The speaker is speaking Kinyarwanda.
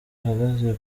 ahagaze